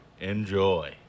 Enjoy